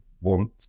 want